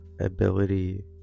ability